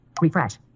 Refresh